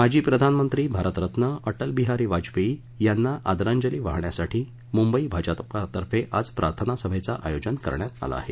माजी प्रधानमंत्री भारतरत्न अटल बिहारी वाजपेयी यांना आदरांजली वाहण्यासाठी मुंबई भाजपा तर्फे आज प्रार्थना सभेचं आयोजन करण्यात आलं आहे